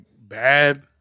bad